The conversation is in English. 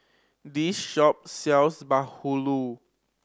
this shop sells bahulu